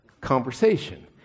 conversation